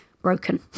broken